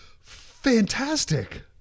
fantastic